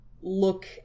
look